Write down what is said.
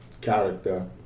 character